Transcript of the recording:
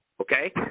okay